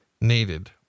needed